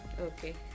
Okay